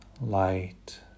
light